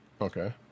Okay